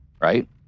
Right